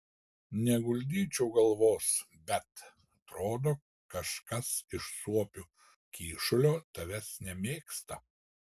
neguldyčiau galvos bet atrodo kažkas iš suopių kyšulio tavęs nemėgsta